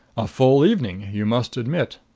a full evening, you must admit.